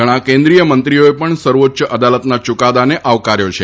ઘણા કેન્દ્રિય મંત્રીઓએ પણ સર્વોચ્ય અદાલતના ચૂકાદાને આવકાર્યો છે